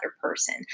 person